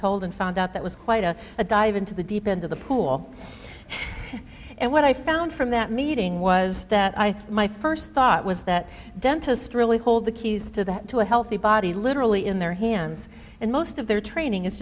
and found out that was quite a dive into the deep into the pool and what i found from that meeting was that i thought my first thought was that dentist really hold the keys to the to a healthy body literally in their hands and most of their training i